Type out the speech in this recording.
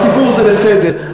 הציבור זה בסדר,